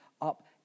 up